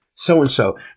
so-and-so